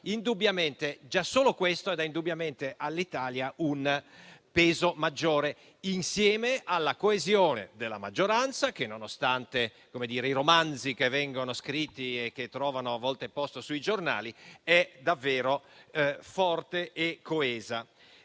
Indubbiamente, già solo questo dà all'Italia un peso maggiore, insieme alla coesione della maggioranza che, nonostante i romanzi che vengono scritti e che trovano a volte posto sui giornali, è davvero forte e coesa.